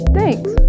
Thanks